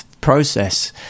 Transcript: process